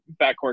backcourt